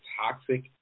toxic